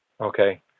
Okay